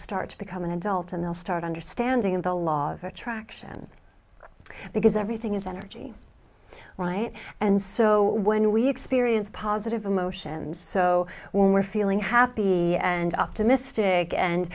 start to become an adult and they'll start understanding the law of attraction because everything is energy right and so when we experience positive emotions so when we're feeling happy and optimistic and